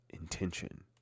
intention